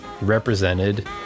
represented